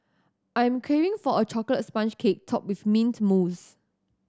I'm craving for a chocolate sponge cake topped with mint mousse